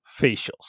facials